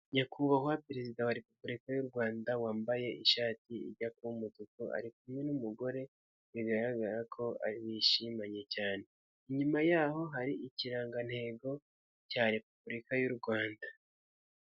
Nyakubahwa perezida wa repubulika y'u Rwanda wambaye ishati ijya kuba umutuku ari kumwe n'umugore bigaragara ko bishimanye cyane, inyuma yaho hari ikirangantego cya repubulika y'u Rwanda.